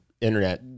internet